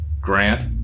Grant